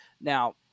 Now